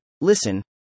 listen